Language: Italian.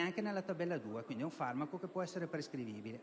anche nella tabella II: quindi è un farmaco prescrivibile.